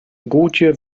gotje